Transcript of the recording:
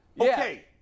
Okay